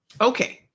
Okay